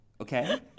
okay